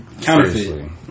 Counterfeit